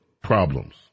problems